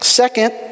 Second